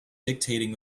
dictating